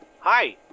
hi